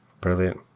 brilliant